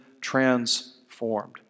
transformed